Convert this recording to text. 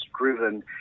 driven